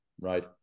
right